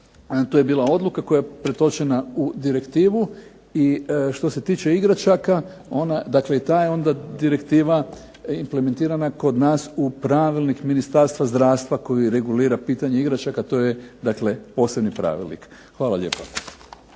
tu je bila odluka koja je pretočena u direktivu i što se tiče igračaka, dakle i ta je onda direktiva implementirana kod nas u pravilnik Ministarstva zdravstva koji regulira pitanje igračaka, to je dakle posebni pravilnik. Hvala lijepa.